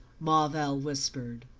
marvell whispered.